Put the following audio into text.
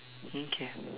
okay